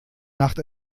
nacht